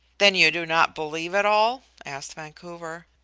then you do not believe it all? asked vancouver.